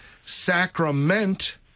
sacrament